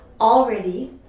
already